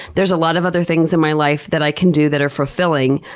there's a lot of other things in my life that i can do that are fulfilling.